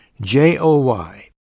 J-O-Y